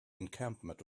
encampment